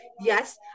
Yes